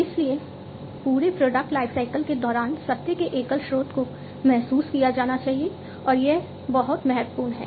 इसलिए पूरे product lifecycle के दौरान सत्य के एकल स्रोत को महसूस किया जाना चाहिए और यह बहुत महत्वपूर्ण है